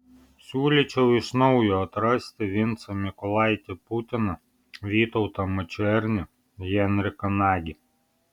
siūlyčiau iš naujo atrasti vincą mykolaitį putiną vytautą mačernį henriką nagį